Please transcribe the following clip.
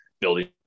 building